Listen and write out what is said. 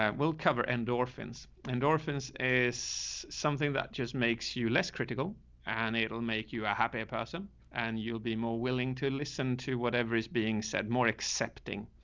and we'll cover endorphins. endorphins is something that just makes you less critical and it'll make you a happier person and you'll be more willing to listen to whatever is being said more accepting.